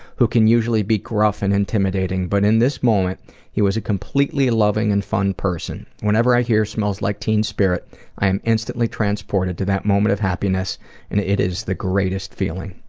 who can usually be gruff and intimidating, but in this moment he was a completely loving and fun person. whenever i hear smells like teen spirit i am instantly transported to that moment of happiness and it is the greatest feeling.